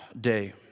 day